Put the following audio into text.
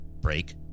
break